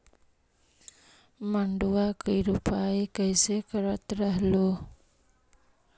मड़उआ की रोपाई कैसे करत रहलू?